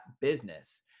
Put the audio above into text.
business